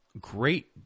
great